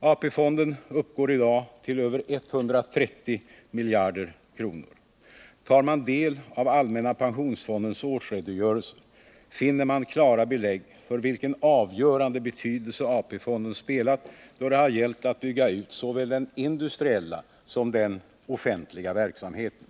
AP-fonden uppgår i dag till över 130 miljarder kronor. Tar man del av allmänna pensionsfondens årsredogörelser finner man klara belägg för vilken avgörande betydelse AP-fonden spelat då det gällt att bygga ut såväl den industriella som den offentliga verksamheten.